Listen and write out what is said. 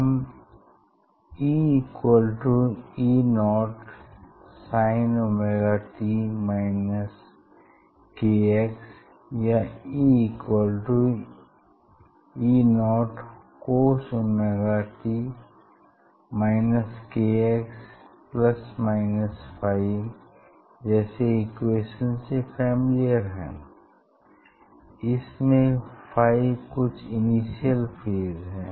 हम EE0sin या EE0coswt kx phi जैसे इक्वेशंस से फेमिलिअर हैं इसमें फाई कुछ इनिसियल फेज है